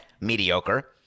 mediocre